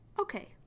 Okay